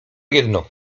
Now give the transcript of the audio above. jedno